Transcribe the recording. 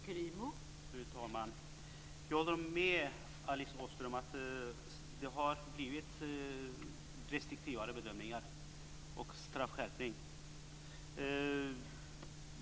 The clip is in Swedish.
Fru talman! Jag håller med Alice Åström om att det har blivit restriktivare bedömningar och en straffskärpning.